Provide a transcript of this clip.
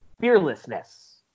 fearlessness